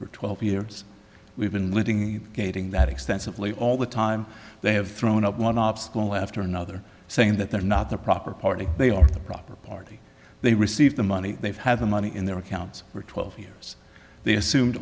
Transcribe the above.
for twelve years we've been living gating that extensively all the time they have thrown up one obstacle after another saying that they're not the proper party they are the property they receive the money they've had the money in their accounts for twelve years they assumed